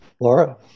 Laura